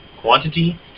quantity